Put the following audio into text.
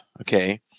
Okay